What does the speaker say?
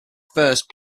first